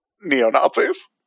neo-Nazis